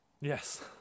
Yes